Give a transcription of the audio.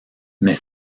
mais